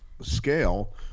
scale